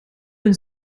een